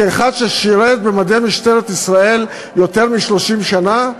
כאחד ששירת במדי משטרת ישראל יותר מ-30 שנה,